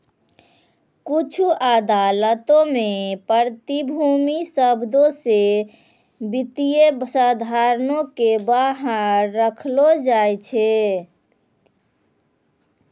कुछु अदालतो मे प्रतिभूति शब्दो से वित्तीय साधनो के बाहर रखलो जाय छै